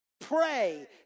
Pray